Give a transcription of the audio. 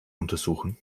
untersuchen